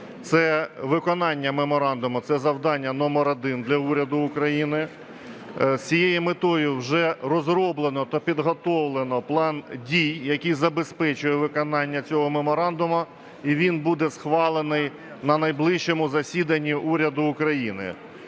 Виконання меморандуму – це завдання номер один для уряду України. З цією метою вже розроблено та підготовлено план дій, який забезпечує виконання цього меморандуму, і він буде схвалений на найближчому засіданні уряду України.